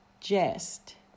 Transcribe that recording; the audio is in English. Jest